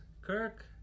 Kirk